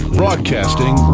broadcasting